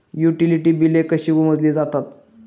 Utility बिले कशी मोजली जातात?